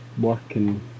working